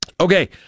Okay